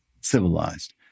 civilized